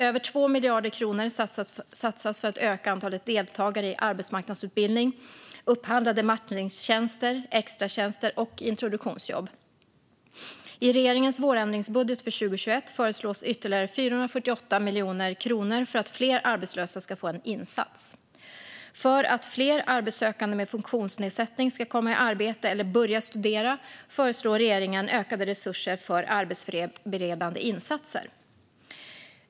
Över 2 miljarder kronor satsas för att öka antalet deltagare i arbetsmarknadsutbildning, upphandlade matchningstjänster, extratjänster och introduktionsjobb. I regeringens vårändringsbudget för 2021 föreslås ytterligare 448 miljoner kronor för att fler arbetslösa ska få en insats. För att fler arbetssökande med funktionsnedsättning ska komma i arbete eller börja studera föreslår regeringen ökade resurser för arbetsförberedande insatser.